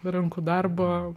rankų darbo